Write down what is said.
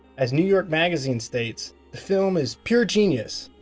as new york magazine states the film is pure genius.